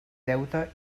deute